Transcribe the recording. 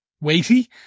weighty